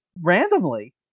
randomly